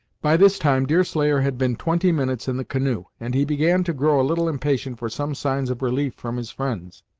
by this time deerslayer had been twenty minutes in the canoe, and he began to grow a little impatient for some signs of relief from his friends.